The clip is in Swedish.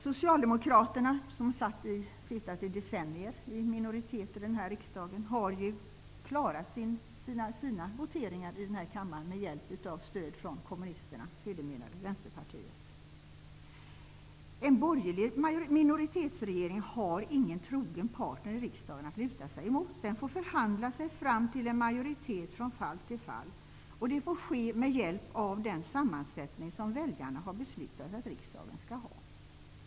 Socialdemokraterna, som i decennier varit i minoritet i den här riksdagen har klarat sina voteringar i kammaren med stöd av kommunisterna, sedermera Vänsterpartiet. En borgerlig minoritetsregering har ingen trogen partner i riksdagen att luta sig emot. Den får förhandla sig fram till en majoritet från fall till fall. Det får ske med hjälp av den sammansättning som väljarna har beslutat att riksdagen skall ha.